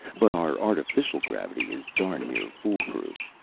but our artificial gravity is darned near foolproof.